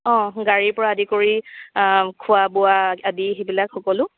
অঁ গাড়ীৰ পৰা আদি কৰি খোৱা বোৱা আদি সেইবিলাক সকলো